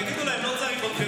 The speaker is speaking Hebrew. תגידו להם: לא צריך אתכם.